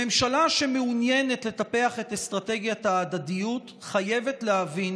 ממשלה שמעוניינת לטפח את אסטרטגיית ההדדיות חייבת להבין